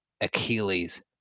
Achilles